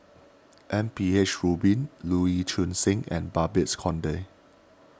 M P H Rubin Lee Choon Seng and Babes Conde